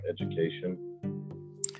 education